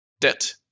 debt